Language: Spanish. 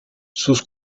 sus